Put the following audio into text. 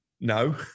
No